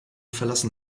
verlassen